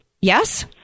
yes